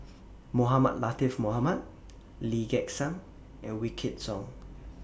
Mohamed Latiff Mohamed Lee Gek Seng and Wykidd Song